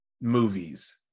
movies